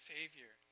Savior